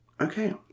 Okay